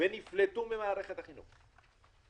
ונפלטו ממערכת החינוך,